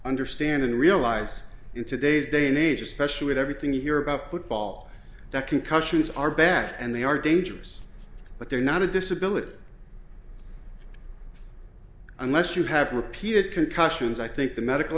understand and realize in today's day and age especially with everything you hear about football that concussions are bad and they are dangerous but they're not a disability unless you have repeated concussions i think the medical